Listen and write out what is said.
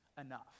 enough